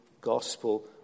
gospel